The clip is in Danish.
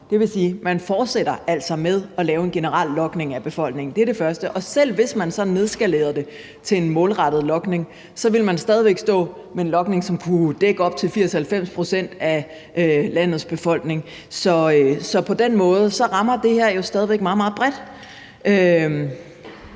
at man altså fortsætter med at lave en generel logning af befolkningen. Det er det første. Og selv hvis man så nedskalerede det til en målrettet logning, ville man stadig stå med en logning, der kunne dække op til 80-90 pct. af landets befolkning, så på den måde rammer det her jo stadig væk meget,